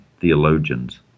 theologians